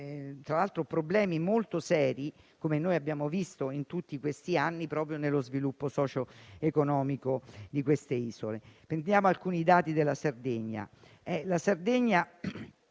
e comporta problemi molto seri, come abbiamo visto in tutti questi anni, proprio nello sviluppo socio-economico delle isole. Prendiamo alcuni dati della Sardegna,